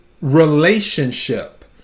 relationship